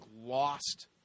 lost